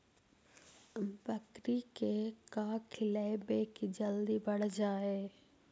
बकरी के का खिलैबै कि जल्दी बढ़ जाए?